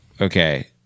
Okay